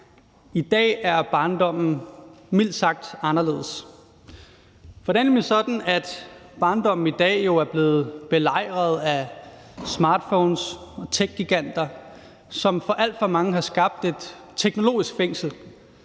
I dag er barndommen mildt sagt anderledes. For det er nemlig sådan, at barndommen i dag jo er blevet belejret af smartphones og techgiganter, som for alt for mange har skabt et teknologisk fængsel.